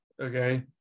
okay